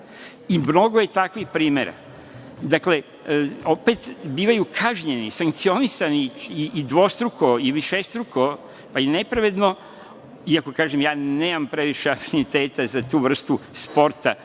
I mnogo je takvih primera. Dakle, opet bivaju kažnjeni, sankcionisani i dvostruko i višestruko, pa i nepravedno, iako, kažem, ja nemam previše afiniteta za tu vrstu sporta